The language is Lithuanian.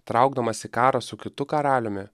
traukdamas į karą su kitu karaliumi